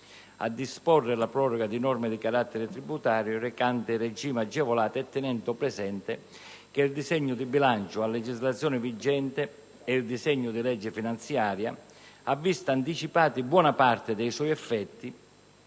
a disporre la proroga di norme di carattere tributario recanti regimi agevolati, tenendo presente che il disegno di legge di bilancio a legislazione vigente e il disegno di legge finanziaria hanno visto anticipati buona parte dei loro effetti